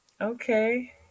Okay